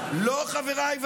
לא חבריי ואני.